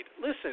Listen